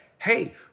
hey